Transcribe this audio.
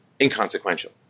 inconsequential